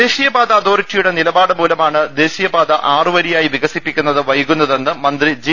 ദേശീയപാത അതോറിറ്റിയുടെ നിലപ്പാട് മൂലമാണ് ദേശീയപാത ആറുവരിയായി വികസിപ്പിക്കുന്നത് വൈകുന്നതെന്ന് മന്ത്രി ജി